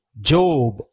Job